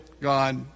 God